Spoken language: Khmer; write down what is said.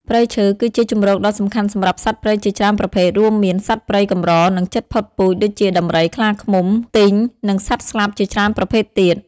ព្រៃឈើគឺជាជម្រកដ៏សំខាន់សម្រាប់សត្វព្រៃជាច្រើនប្រភេទ រួមមាន សត្វព្រៃកម្រ និងជិតផុតពូជដូចជា ដំរី ខ្លាឃ្មុំ ខ្ទីង និងសត្វស្លាបជាច្រើនប្រភេទទៀត។